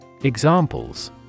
Examples